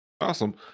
Awesome